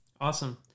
Awesome